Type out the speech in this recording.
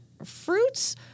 Fruits